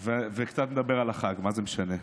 קצת נדבר על החג, מה זה משנה.